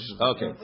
Okay